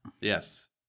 Yes